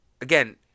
again